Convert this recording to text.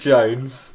Jones